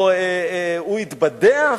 או הוא התבדח,